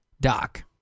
DOC